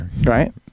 Right